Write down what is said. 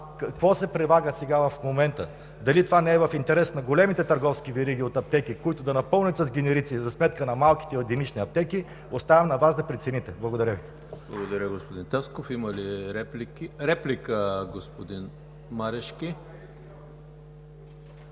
Какво се предлага в момента, дали това не е в интерес на големите търговски вериги от аптеки, които да напълнят с генерици за сметка на малките единични аптеки, оставям на Вас да прецените. Благодаря Ви. ПРЕДСЕДАТЕЛ ЕМИЛ ХРИСТОВ: Благодаря Ви, господин Тасков. Има ли реплики? Реплика – господин Марешки.